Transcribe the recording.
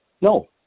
no